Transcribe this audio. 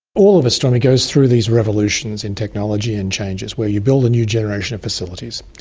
all of astronomy goes through these revolutions in technology and changes where you build a new generation of facilities.